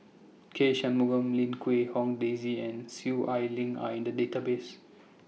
K Shanmugam Lim Quee Hong Daisy and Soon Ai Ling Are in The Database